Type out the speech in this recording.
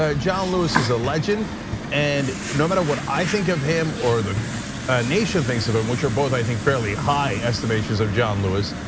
ah john lewis is a legend and no matter what i think of him, or the nation thinks of him, which are both i think fairly high estimations of john lewis,